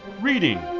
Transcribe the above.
reading